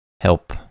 help